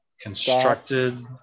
constructed